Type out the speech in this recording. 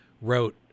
wrote